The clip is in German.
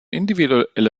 individuelle